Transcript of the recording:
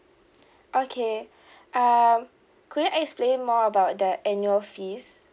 okay um could you explain more about the annual fees